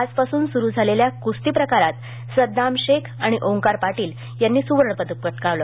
आजपास्न स्रु झालेल्या क्स्ती प्रकारात सद्दाम शेख आणि ओंकार पाटील यांनी स्वर्णपदक पटकावलं